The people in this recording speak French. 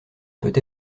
peut